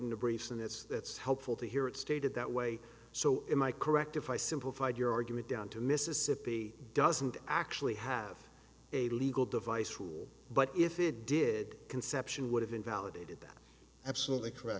and that's that's helpful to hear it stated that way so am i correct if i simplified your argument down to mississippi doesn't actually have a legal device rule but if it did conception would have invalidated that absolutely correct